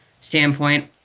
standpoint